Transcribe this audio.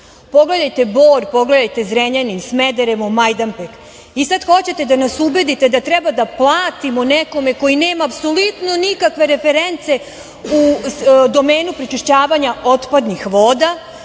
Pogledajte Bor, pogledajte Zrenjanin, Smederevo, Majdanpek. I sada hoćete da nas ubedite da treba da platimo nekome koji nema apsolutno nikakve reference u domenu prečišćavanja otpadnih voda